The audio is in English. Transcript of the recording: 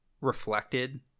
reflected